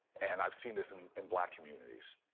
and i've seen this and in black communities.